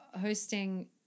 hosting